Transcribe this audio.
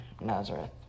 Nazareth